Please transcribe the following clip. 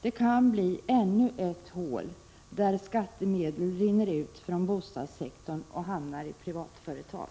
Det kan bli ännu ett hål där skattemedel rinner ut från bostadssektorn och hamnar i privatföretag.